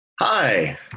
Hi